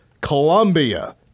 Columbia